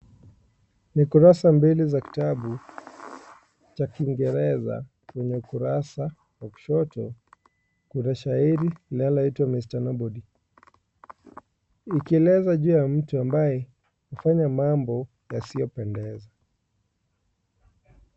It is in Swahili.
Ni kurasa mbili za kitibabu cha kingereza kwenye ukurasa wa kushoto kuna shairi linaloitwa Mr Nobody ikieleza juu ya mtu ambaye amefanya mambo yasiyo pendeza.